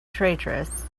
traitorous